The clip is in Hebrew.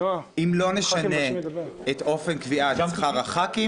אם לא נשנה את אופן קביעת שכר חברי הכנסת,